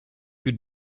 più